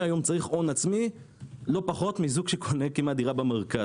צריך הון עצמי לא פחות מזוג שקונה דירה במרכז.